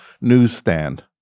newsstand